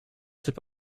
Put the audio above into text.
sais